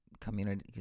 community